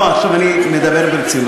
לא, עכשיו אני מדבר ברצינות.